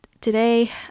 today